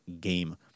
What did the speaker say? game